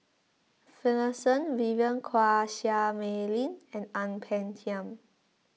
Finlayson Vivien Quahe Seah Mei Lin and Ang Peng Tiam